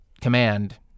Command